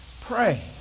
pray